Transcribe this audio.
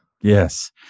yes